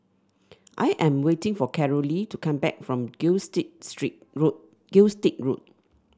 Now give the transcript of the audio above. I am waiting for Carolee to come back from Gilstead Street Road Gilstead Road